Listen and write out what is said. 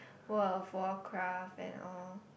World-of-Warcraft and all